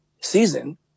season